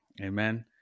Amen